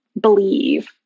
believe